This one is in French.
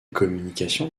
communications